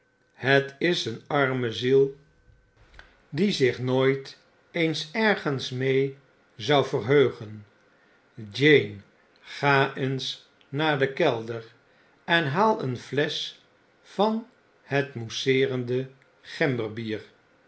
het is een arme ziel die zich nooit eens ergens mee zou verheugen jane ga eens naar denkelder enhaal een flesch van het moesseerende gem